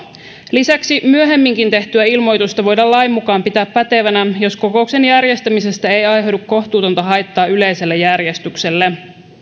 lisäksi myöhemminkin tehtyä ilmoitusta voidaan lain mukaan pitää pätevänä jos kokouksen järjestämisestä ei aiheudu kohtuutonta haittaa yleiselle järjestykselle